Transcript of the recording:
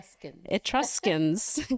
Etruscans